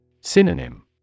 Synonym